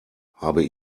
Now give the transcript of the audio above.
habe